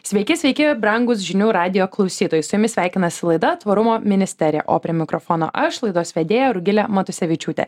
sveiki sveiki brangūs žinių radijo klausytojai su jumis sveikinasi laida tvarumo ministerija o prie mikrofono aš laidos vedėja rugilė matusevičiūtė